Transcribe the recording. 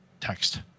text